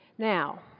Now